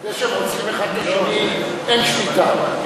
זה שרוצחים האחד את השני אין שליטה,